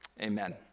Amen